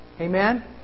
Amen